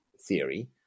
theory